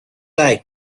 like